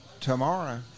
tomorrow